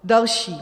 Další.